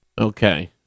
Okay